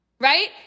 right